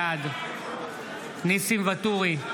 בעד ניסים ואטורי,